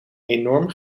enorm